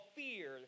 fear